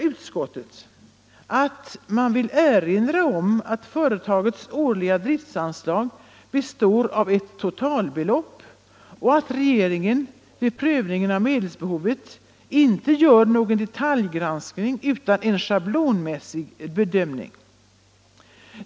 Utskottet säger att man vill erinra om att företagets årliga driftanslag består av ett totalbelopp och att regeringen vid prövningen av medelsbehovet inte gör någon detaljgranskning utan bara en schablonbedömning.